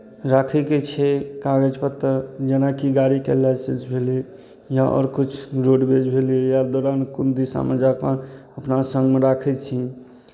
राखयके छै कागज पत्तर जेनाकि गाड़ीके लाइसेंस भेलै या आओर किछु रोडवेज भेलै या दौरान कोन दिशामे जा कऽ अपना सङ्गमे राखै छी